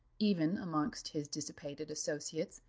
even amongst his dissipated associates,